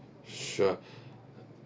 sure